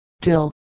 till